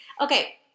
Okay